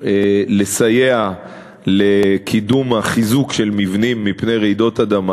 לסייע לקידום החיזוק של מבנים מפני רעידות אדמה.